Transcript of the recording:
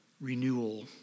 renewal